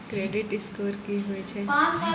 Credit score की होय छै?